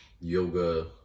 yoga